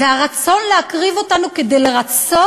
והרצון להקריב אותנו כדי לרצות